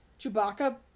Chewbacca